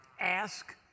ask